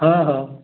ହଁ ହଁ